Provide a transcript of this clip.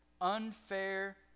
unfair